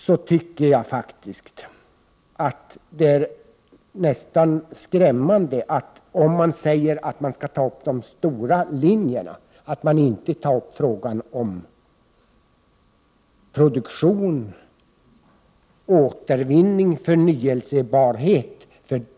Jag tycker faktiskt att det är nästan skrämmande att man inte tar upp produktion, återvinning och förnyelsebarhet, om man säger att man skall ta upp de stora linjerna.